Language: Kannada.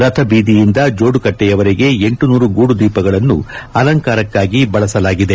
ರಥ ಬೀದಿಯಿಂದ ಬೋಡುಕಟ್ಟೆಯವರೆಗೆ ಲಂಂ ಗೂಡುದೀಪಗಳನ್ನು ಅಲಂಕಾರಕ್ಕಾಗಿ ಬಳಸಲಾಗಿದೆ